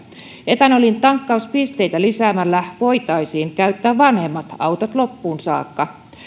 etanolin tankkauspisteitä lisäämällä voitaisiin käyttää vanhemmat autot loppuun saakka